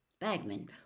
Bagman